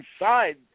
inside –